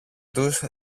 τους